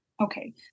Okay